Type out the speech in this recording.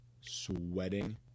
sweating